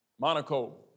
Monaco